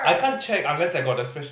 I can't check unless I got the special